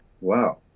wow